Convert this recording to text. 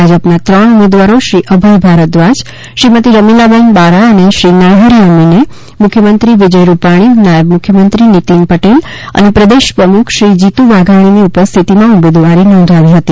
ભાજપના ત્રણ ઉમેદવારો શ્રી અભય ભારદ્વાજ શ્રીમતિ રમીલાબહેન બારા અને શ્રી નરહરિ અમીને મુખ્યમંત્રી વિજય રૂપાણી નાયબ મુખ્યમંત્રી નીતિન પટેલ અને પ્રદેશ પ્રમુખ શ્રી જીતુ વાઘાણીની ઉપસ્થિતિમાં ઉમેદવારી નોંધાવી હતી